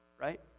right